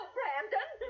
Brandon